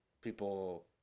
people